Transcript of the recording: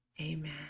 Amen